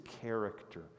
character